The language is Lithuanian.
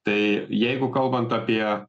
tai jeigu kalbant apie